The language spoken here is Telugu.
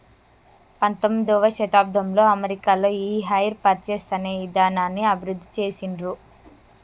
పంతొమ్మిదవ శతాబ్దంలో అమెరికాలో ఈ హైర్ పర్చేస్ అనే ఇదానాన్ని అభివృద్ధి చేసిండ్రు